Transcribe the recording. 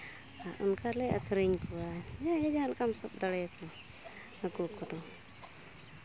ᱟᱨ ᱚᱱᱠᱟ ᱞᱮ ᱟᱹᱠᱷᱨᱤᱧ ᱠᱚᱣᱟ ᱡᱟᱦᱟᱸᱭ ᱜᱮ ᱡᱟᱦᱟᱸ ᱞᱮᱠᱟᱢ ᱥᱟᱵ ᱫᱟᱲᱮᱭᱟᱠᱚ ᱦᱟᱹᱠᱩ ᱫᱚ